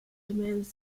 demands